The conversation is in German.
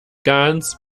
ganz